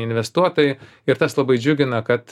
investuotojai ir tas labai džiugina kad